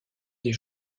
des